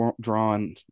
drawn